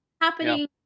happening